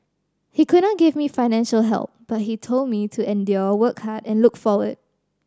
he could not give me financial help but he told me to endure work hard and look forward